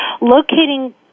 locating